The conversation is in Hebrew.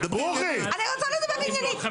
דברי עניינית.